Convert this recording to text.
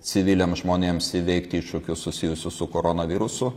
civiliams žmonėms įveikti iššūkius susijusius su koronavirusu